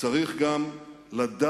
צריך גם לדעת